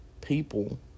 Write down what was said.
people